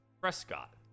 Prescott